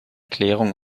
klärung